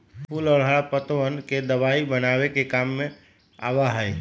फूल और हरा पत्तवन के दवाई बनावे के काम आवा हई